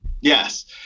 Yes